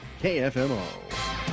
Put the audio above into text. KFMO